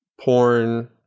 porn